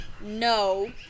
No